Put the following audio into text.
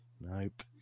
Nope